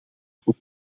ook